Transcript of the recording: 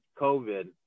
COVID